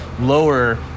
lower